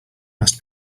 must